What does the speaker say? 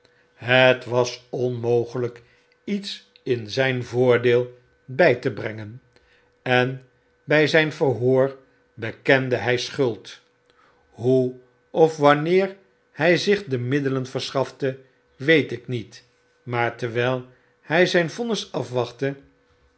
het was onmogelp iets in zijn voordeei bij te brengen en bjj zijn verhoor bekende hfl schuld hoe of wanneer hjj zich de middelen verschafte weet ik niet maar terwijl by zjjn vonnis afwachtte